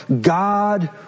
God